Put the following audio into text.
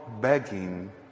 begging